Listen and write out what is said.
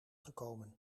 gekomen